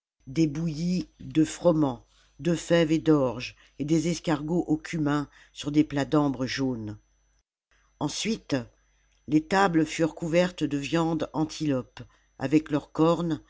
des bouillies de froment de fève et d'orge et des escargots au cumin sur des plats d'ambre jaune ensuite les tables furent couvertes de viandes antilopes avec leurs cornes